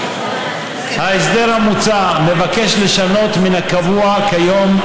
ההסדר המוצע מבקש לשנות מן הקבוע כיום,